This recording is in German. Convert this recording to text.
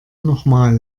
nochmal